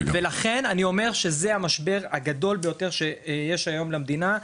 ולכן אני אומר שזה המשבר הגדול ביותר שיש היום למדינה,